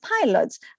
pilots